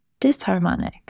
disharmonic